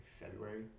February